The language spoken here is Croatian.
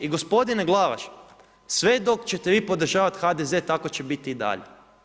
I gospodine Glavaš, sve dok ćete vi podržavati HDZ, tako će biti i dalje.